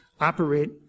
operate